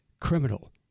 criminal